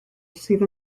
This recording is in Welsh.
sydd